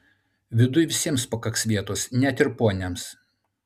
viduj visiems pakaks vietos net ir poniams